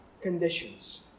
conditions